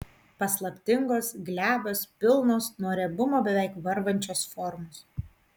paslaptingos glebios pilnos nuo riebumo beveik varvančios formos